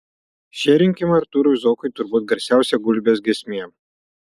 šie rinkimai artūrui zuokui turbūt garsiausia gulbės giesmė